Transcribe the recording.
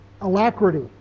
Alacrity